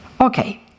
Okay